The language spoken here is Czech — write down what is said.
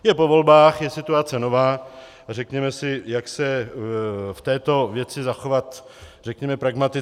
Je po volbách, je situace nová a řekněme si, jak se v této věci zachovat řekněme pragmaticky.